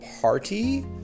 party